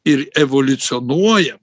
ir evoliucionuoja